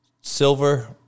silver